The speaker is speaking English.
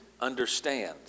understand